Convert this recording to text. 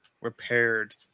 repaired